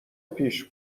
پیش